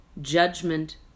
judgment